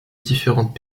différentes